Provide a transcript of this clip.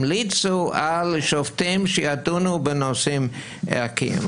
ימליצו על שופטים שידונו בנושאים ערכיים?